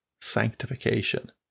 sanctification